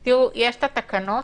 - יש התקנות